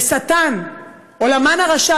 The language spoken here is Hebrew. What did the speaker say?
לשטן או להמן הרשע,